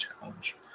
challenge